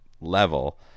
level